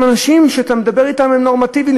הם אנשים שכשאתה מדבר אתם הם נורמטיביים,